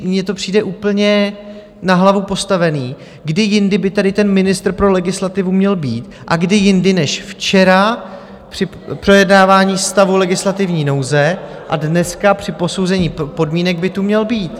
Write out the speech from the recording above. Mně to přijde úplně na hlavu postavené kdy jindy by tady ten ministr pro legislativu měl být a kdy jindy než včera, při projednávání stavu legislativní nouze, a dneska při posouzení podmínek by tu měl být?